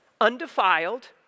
undefiled